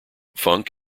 funk